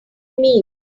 mean